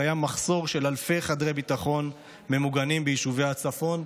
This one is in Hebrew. קיים מחסור של אלפי חדרי ביטחון ממוגנים ביישובי הצפון,